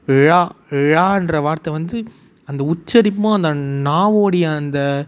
ழா ழான்ற வார்த்தை வந்து அந்த உச்சரிப்பும் அந்த நாவோடைய அந்த